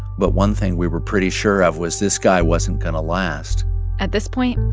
but one thing we were pretty sure of was this guy wasn't going to last at this point,